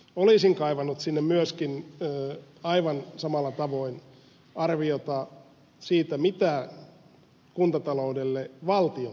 olisin kaivannut sinne myöskin aivan samalla tavoin arviota siitä mitä kuntataloudelle valtion pitäisi tehdä